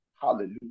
Hallelujah